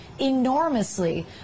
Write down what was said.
enormously